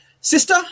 sister